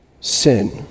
sin